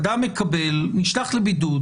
אדם נשלח לבידוד,